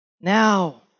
Now